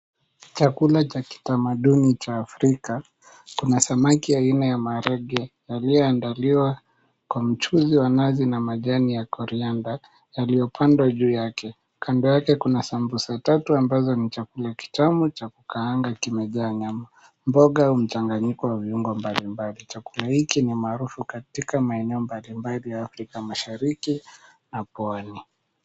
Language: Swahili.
Chakula cha kitamaduni cha Afrika kuna samaki aina ya perege yaliyoandaliwa kwa mchuzi wa nazi na majani ya korianda yalipandwa juu yake, kando yake kuna sambusa tatu ambazo ni chakula kitamu cha kukaanga kimejaa nyama, mboga au mchanganyiko wa viungo mbalimbali. Chakula hiki ni maarufu katika maeneo mbalimbali katika Afrika Mashariki na pwani